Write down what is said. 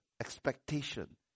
expectation